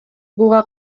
буга